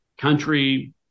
country